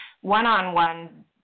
one-on-one